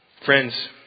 Friends